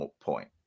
point